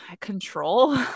control